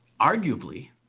arguably